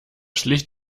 schlicht